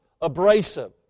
abrasive